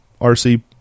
RC